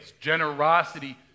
Generosity